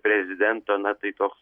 prezidento na tai toks